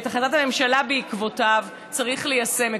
ואת החלטת הממשלה שבעקבותיו, צריך ליישם.